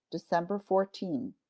december fourteen,